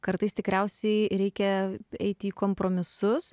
kartais tikriausiai reikia eiti į kompromisus